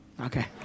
Okay